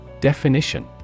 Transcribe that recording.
Definition